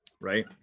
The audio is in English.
right